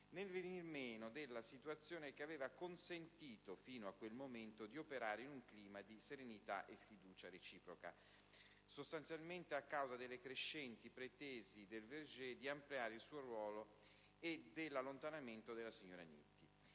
nel venir meno della situazione che aveva consentito fino a quel momento di operare in un clima di serenità e fiducia reciproca (sostanzialmente a causa delle crescenti pretese del Verger di ampliare il suo ruolo e dell'allontanamento della signora Nitti).